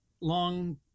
long